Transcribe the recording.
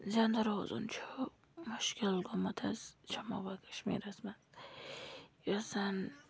زِنٛدٕ روزُن چھُ مُشکِل گوٚمُت حظ جموں و کَشمیٖرَس منٛز یُس زَن